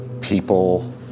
People